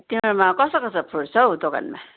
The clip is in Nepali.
तिम्रोमा कस्तो कस्तो फ्रुट्स छ हौ दोकानमा